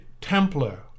Templar